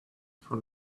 for